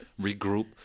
regroup